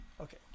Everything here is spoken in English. okay